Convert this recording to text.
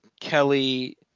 Kelly